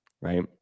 right